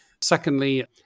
secondly